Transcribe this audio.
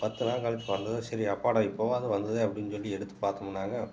பத்து நாள் கழித்து வந்ததும் சரி அப்பாடா இப்போவாது வந்ததே அப்படின்னு சொல்லி எடுத்து பார்த்தோம்னாங்க